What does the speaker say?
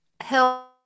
help